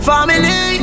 Family